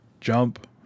Jump